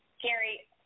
Gary